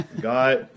got